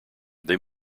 they